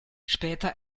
später